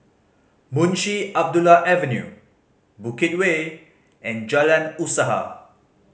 Munshi Abdullah Avenue Bukit Way and Jalan Usaha